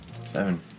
Seven